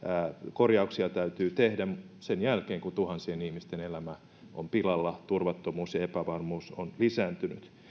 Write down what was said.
korjauksia täytyy tehdä sen jälkeen kun tuhansien ihmisten elämä on pilalla ja turvattomuus ja epävarmuus ovat lisääntyneet